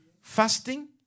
Fasting